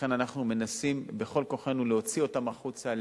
לכן אנחנו מנסים בכל כוחנו להוציא אותם החוצה,